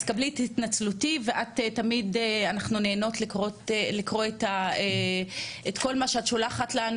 אז קבלי את התנצלותי ואנחנו תמיד נהנות לקרוא את כל מה שאת שולחת לנו,